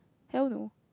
I don't know